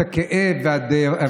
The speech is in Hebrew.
את הכאב והדאגה.